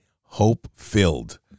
hope-filled